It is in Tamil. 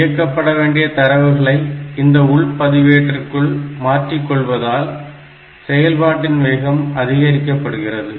இயக்கப்பட வேண்டிய தரவுகளை இந்த உள்பதிவேட்டிற்குள் மாற்றிக் கொள்வதால் செயல்பாட்டின் வேகம் அதிகரிக்கபடுகிறது